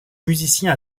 musiciens